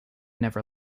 never